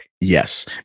Yes